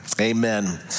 amen